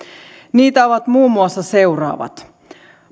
niitä ovat muun muassa seuraavat